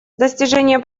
достижение